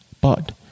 But